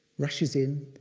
rushes in,